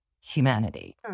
humanity